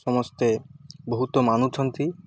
ସମସ୍ତେ ବହୁତ ମାନୁଛନ୍ତି